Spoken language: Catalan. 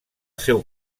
seu